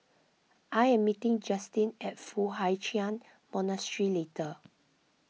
I am meeting Justin at Foo Hai Ch'an Monastery